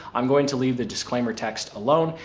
i'm going to leave the disclaimer text alone,